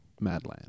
Madland